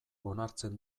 onartzen